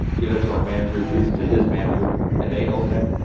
give it it to our manager, who gives it to his manager and they open it.